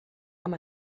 amb